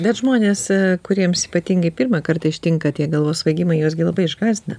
bet žmonės kuriems ypatingai pirmą kartą ištinka tie galvos svaigimai juos gi labai išgąsdina